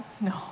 no